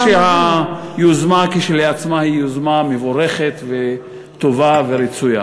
כך שהיוזמה כשלעצמה היא יוזמה מבורכת וטובה ורצויה.